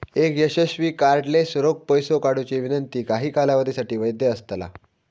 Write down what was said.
एक यशस्वी कार्डलेस रोख पैसो काढुची विनंती काही कालावधीसाठी वैध असतला